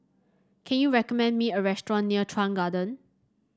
can you recommend me a restaurant near Chuan Garden